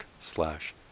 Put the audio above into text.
slash